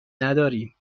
نداریم